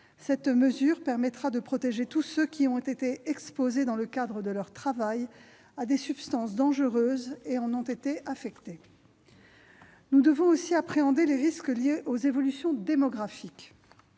cette mesure permettra de protéger tous ceux qui ont été exposés dans le cadre de leur travail à des substances dangereuses et en ont été affectés. Nous devons aussi appréhender les risques liés aux évolutions démographiques.